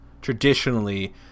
traditionally